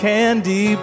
Candy